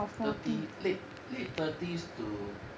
thirty late late thirties to